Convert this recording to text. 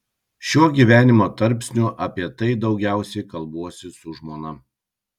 šiuo gyvenimo tarpsniu apie tai daugiausiai kalbuosi su žmona